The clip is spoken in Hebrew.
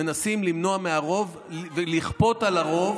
מנסים למנוע מהרוב ולכפות על הרוב,